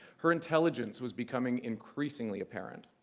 her intelligence was becoming increasingly apparent.